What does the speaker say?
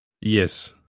Yes